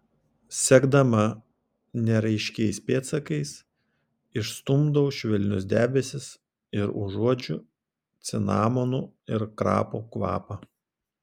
sekdama neraiškiais pėdsakais išstumdau švelnius debesis ir užuodžiu cinamonų ir krapų kvapą